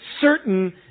certain